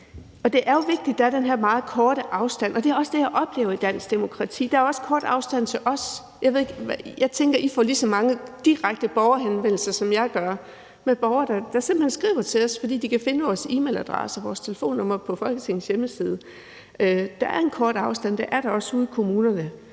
Det er jo vigtigt, at der er den her meget korte afstand, og det er også det, jeg oplever i dansk demokrati. Der er også kort afstand til os. Jeg tænker, I får lige så mange direkte borgerhenvendelser, som jeg gør, fra borgere, der simpelt hen skriver til os, fordi de kan finde vores e-mailadresse og vores telefonnummer på Folketingets hjemmeside. Der er en kort afstand, og det er der også ude i kommunerne.